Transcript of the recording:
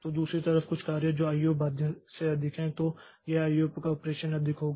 तो दूसरी तरफ कुछ कार्य जो आईओ बाध्य से अधिक हैं तो यह आईओ का ऑपरेशन अधिक होगा